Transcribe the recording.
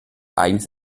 eigenes